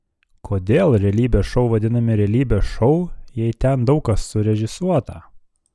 kodėl realybės šou vadinami realybės šou jei ten daug kas surežisuota